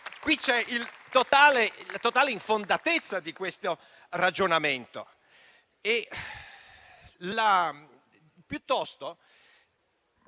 Qui c'è la totale infondatezza del ragionamento.